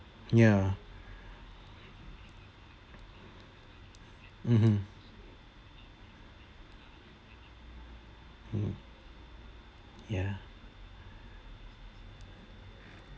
ya mmhmm mm ya